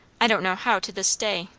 i don't know how to this day,